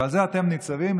ועל זה אתם ניצבים,